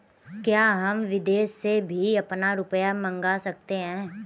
क्या हम विदेश से भी अपना रुपया मंगा सकते हैं?